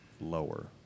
Lower